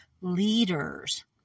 leaders